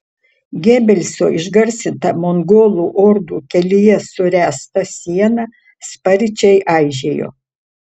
gebelso išgarsinta mongolų ordų kelyje suręsta siena sparčiai aižėjo